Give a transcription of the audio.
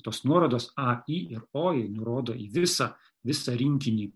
tos nuorodos a i ir o nurodo į visą visą rinkinį